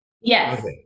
Yes